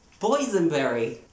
boysenberry